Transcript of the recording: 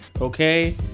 Okay